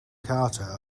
carter